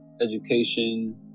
education